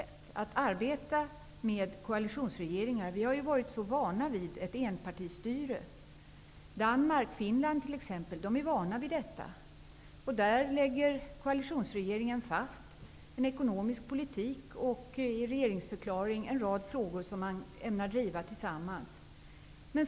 Vi måste lära oss att arbeta med koalitionsregeringar. I Sverige har vi varit vana vid ett enpartistyre. I Danmark och Finland är man van vid koalitioner. Där lägger koalitionsregeringen fast en ekonomisk politik, och i regeringsförklaringen tar man upp en rad frågor som man ämnar driva tillsammans.